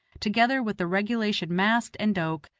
together with the regulation mast and doke,